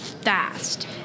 Fast